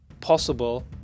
possible